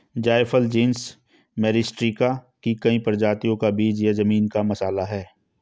जायफल genus Myristica की कई प्रजातियों का बीज या जमीन का मसाला है